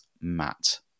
Matt